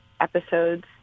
episodes